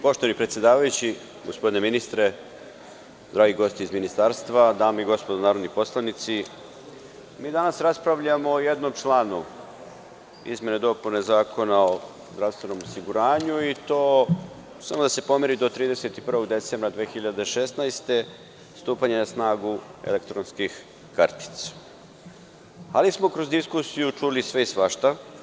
Poštovani predsedavajući, gospodine ministre, dragi gosti iz Ministarstva, dame i gospodo narodni poslanici, danas raspravljamo o jednom članu izmene i dopune Zakona o zdravstvenom osiguranju i to samo da se pomeri do 31. decembra 2016. godine stupanje na snagu elektronskih kartica, ali smo kroz diskusiju čuli sve i svašta.